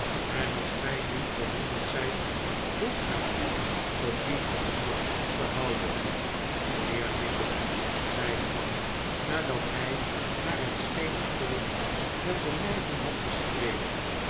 en als gij niet verwonderd zijt hoeft gij u ook niet verwonderd te houden mijnheer nickleby zei de man nadat hij naar het scheen een poos met de neiging had gestreden